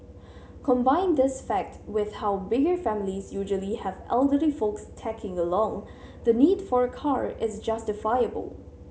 combine this fact with how bigger families usually have elderly folks tagging along the need for a car is justifiable